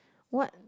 what